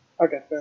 okay